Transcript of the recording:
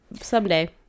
someday